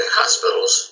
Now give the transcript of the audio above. hospitals